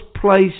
place